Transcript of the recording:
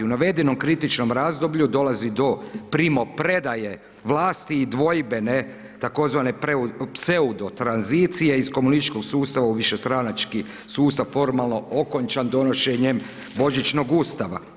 U navedenom kritičnom razdoblju dolazi do primopredaje vlasti i dvojbene tzv. pseudo tranzicije iz komunističkog sustava u višestranački sustav formalno okončan donošenjem „Božićnog Ustava“